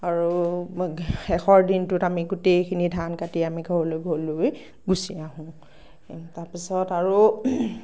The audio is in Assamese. আৰু শেষৰ দিনটোত আমি গোটেইখিনি ধান কাটি আমি ঘৰলৈ লৈ গুচি আহোঁ তাৰপিছত আৰু